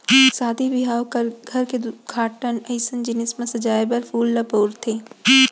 सादी बिहाव, घर के उद्घाटन अइसन जिनिस म सजाए बर फूल ल बउरथे